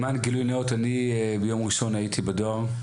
למען גילוי נאות, אני ביום ראשון הייתי בדואר.